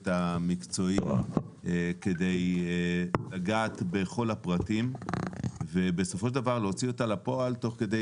המקצועי כדי לגעת בכל הפרטים ובסופו של דבר להוציא אותה לפועל תוך כדי